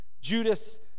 Judas